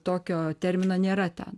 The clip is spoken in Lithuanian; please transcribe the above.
tokio termino nėra ten